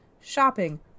shopping